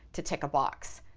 to tick a box.